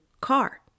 car